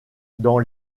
dans